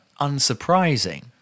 unsurprising